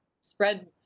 spread